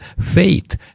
faith